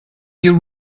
you